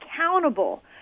accountable